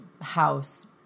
house